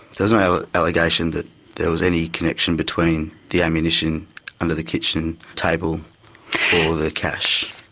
there no allegation that there was any connection between the ammunition under the kitchen table or the cash.